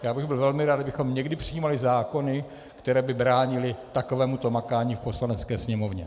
Já bych byl velmi rád, kdybychom někdy přijímali zákony, které by bránily takovémuto makání v Poslanecké sněmovně.